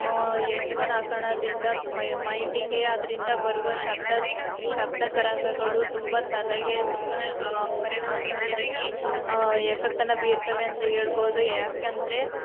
headphone ಹಾಕೋಳ್ಳೋದ್ರಿಂದ ಮೈಂಡಿಗೆ ಅದರಿಂದ ಬರುವ ಶಬ್ದ ಶಬ್ದ ತರಂಗಗಳು ತುಂಬ ತಲೆಗೆ ತುಂಬ ಪರಿಣಾಮಕಾರಿಯಾಗಿ ಎಫೆಕ್ಟನ್ನು ಬೀರ್ತಾವೆ ಅಂತ ಹೇಳ್ಬೋದು ಯಾಕೆಂದರೆ